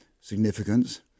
significance